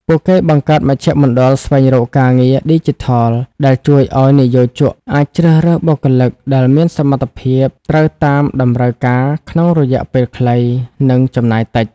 ពួកគេបង្កើតមជ្ឈមណ្ឌលស្វែងរកការងារឌីជីថល ដែលជួយឱ្យនិយោជកអាចជ្រើសរើសបុគ្គលិកដែលមានសមត្ថភាពត្រូវតាមតម្រូវការក្នុងរយៈពេលខ្លី និងចំណាយតិច។